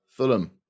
Fulham